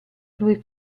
due